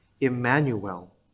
Emmanuel